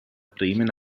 bremen